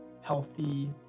healthy